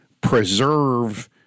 preserve